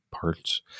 parts